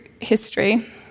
history